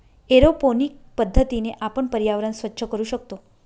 aeroponic पद्धतीने आपण पर्यावरण स्वच्छ करू शकतो